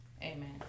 Amen